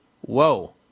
Whoa